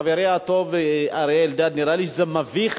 חברי הטוב אריה אלדד, נראה לי שזה מביך